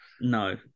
no